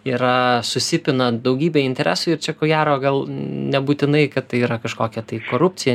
yra susipina daugybė interesų ir čia ko gero gal nebūtinai kad tai yra kažkokia tai korupcija